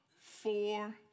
four